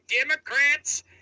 Democrats